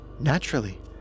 Naturally